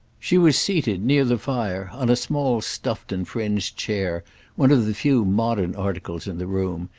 she was seated, near the fire, on a small stuffed and fringed chair one of the few modern articles in the room,